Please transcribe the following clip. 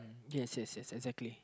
yes yes yes exactly